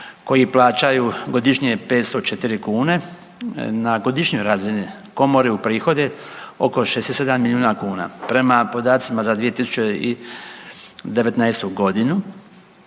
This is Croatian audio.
koji plaćaju godišnje 504 kune na godišnjoj razini Komore uprihode oko 67 milijuna kuna. Prema podacima za 2019. g.,